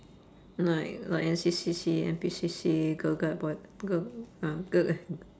like like N_C_C_C N_P_C_C girl guide boy gui~ girl uh girl guide